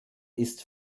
ist